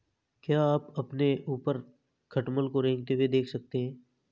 क्या आप अपने ऊपर खटमल को रेंगते हुए देख सकते हैं?